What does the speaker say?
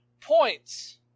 points